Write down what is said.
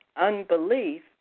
unbelief